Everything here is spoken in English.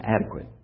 adequate